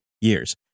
years